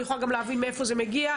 אני יכולה גם להבין מאיפה זה מגיע.